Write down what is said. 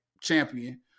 champion